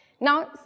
Now